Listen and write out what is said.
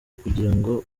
kugirango